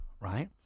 right